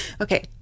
Okay